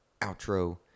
outro